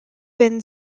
been